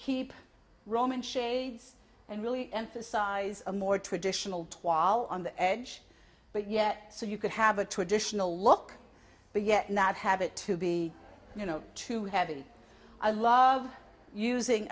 keep roman shades and really emphasize a more traditional twal on the edge but yet so you can have a traditional look but yet not have it to be you know to have it i love using